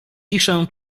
ciszę